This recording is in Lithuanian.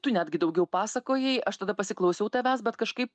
tu netgi daugiau pasakojai aš tada pasiklausiau tavęs bet kažkaip